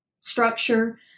structure